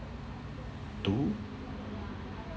two